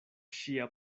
ŝia